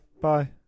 Bye